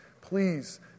Please